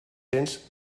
cents